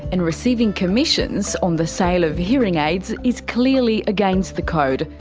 and receiving commissions on the sale of hearing aids is clearly against the code,